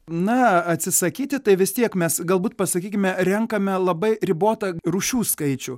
na atsisakyti tai vis tiek mes galbūt pasakykime renkame labai ribotą rūšių skaičių